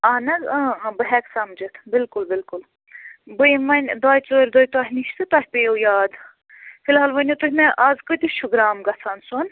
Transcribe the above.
اہن حظ اۭں اۭں بہٕ ہیٚکہٕ سَمجھتھ بالکل بالکل بہٕ یِمہٕ وۄنۍ دۄیہِ ژورِ دُہۍ تۄہہِ نِش تہٕ تۄہہِ پیٚوٕ یاد فی الحال ؤنِو تُہۍ مےٚ آز کۭتِس چھُ گرٛام گژھان سۄن